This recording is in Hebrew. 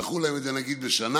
דחו להם את זה נניח בשנה.